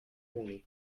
moni